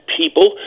people